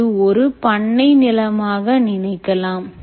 இது ஒரு பண்ணை நிலமாக நினைக்கலாம்